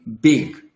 big